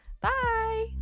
bye